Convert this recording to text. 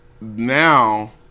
now